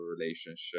relationship